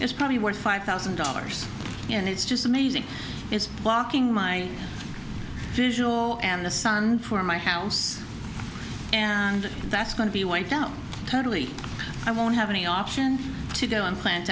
is probably worth five thousand dollars and it's just amazing it's blocking my visual and the sun for my house and that's going to be wiped out totally i won't have any option to go and plant